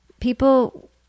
people